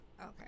okay